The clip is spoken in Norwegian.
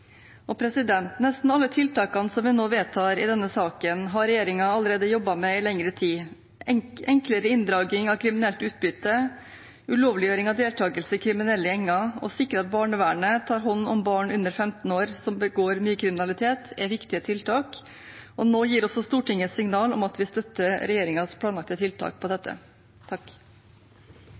Nesten alle tiltakene som vi nå vedtar i denne saken, har regjeringen allerede jobbet med i lengre tid. Enklere inndragning av kriminelt utbytte, ulovliggjøring av deltakelse i kriminelle gjenger og å sikre at barnevernet tar hånd om barn under 15 år som begår mye kriminalitet, er viktige tiltak. Og nå gir også Stortinget et signal om at vi støtter regjeringens planlagte tiltak på dette.